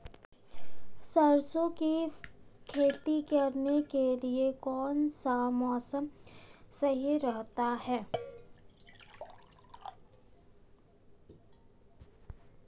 सरसों की खेती करने के लिए कौनसा मौसम सही रहता है?